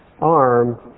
arm